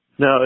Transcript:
No